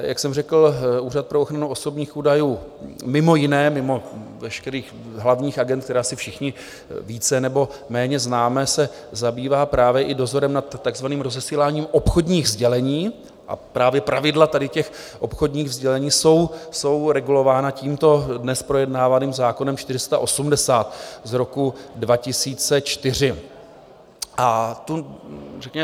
Jak jsem řekl, Úřad pro ochranu osobních údajů mimo jiné, mimo veškerých hlavních agend, které asi všichni více nebo méně známe, se zabývá právě i dozorem nad takzvaným rozesíláním obchodních sdělení, a právě pravidla tady těch obchodních sdělení jsou regulována tímto dnes projednávaným zákonem 480 z roku 2004.